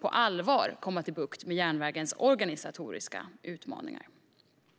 på allvar vilja få bukt med järnvägens organisatoriska utmaningar.